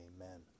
Amen